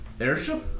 airship